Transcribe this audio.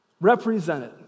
represented